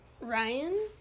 Ryan